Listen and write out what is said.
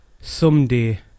Someday